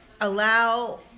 allow